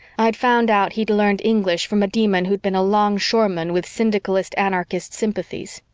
i'd found out he'd learned english from a demon who'd been a longshoreman with syndicalist-anarchist sympathies.